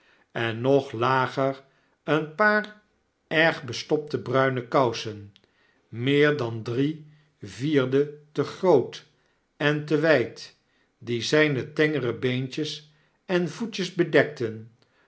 en nog lager een paar erg bestopte bruine kousen meer dan drie vierde te groot en te wjd die zflne tengere beentjes en voetjes bedekten